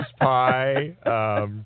pie